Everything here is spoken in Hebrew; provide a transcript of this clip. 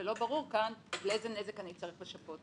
ולא ברור כאן לאיזה נזק אני צריך לשפות.